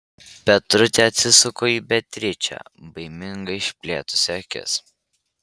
petrutė atsisuko į beatričę baimingai išplėtusi akis